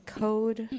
code